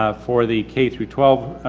ah for the k through twelve,